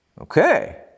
Okay